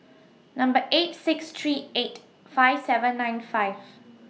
Number eight six three eight five seven nine five